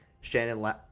Shannon